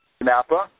Napa